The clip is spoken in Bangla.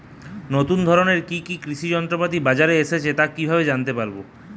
নতুন ধরনের কি কি কৃষি যন্ত্রপাতি বাজারে এসেছে তা কিভাবে জানতেপারব?